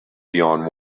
beyond